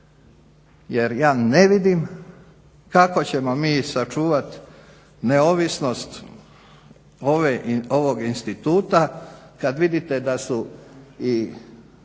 jer ja ne vidim kako ćemo mi sačuvati neovisnost ovog instituta kad vidite da su i